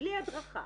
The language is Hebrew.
בלי הדרכה,